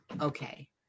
Okay